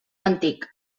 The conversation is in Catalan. antic